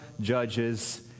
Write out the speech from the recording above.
Judges